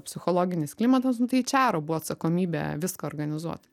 psichologinis klimatas nu tai eičero buvo atsakomybė viską organizuot